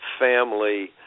family